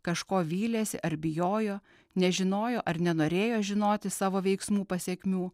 kažko vylėsi ar bijojo nežinojo ar nenorėjo žinoti savo veiksmų pasekmių